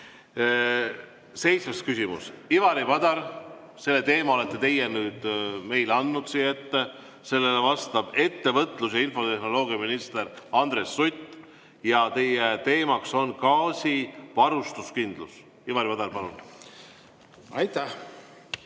Seitsmes küsimus. Ivari Padar, selle teema olete teie meile ette andnud ja sellele vastab ettevõtlus‑ ja infotehnoloogiaminister Andres Sutt. See teema on gaasivarustuskindlus. Ivari Padar, palun!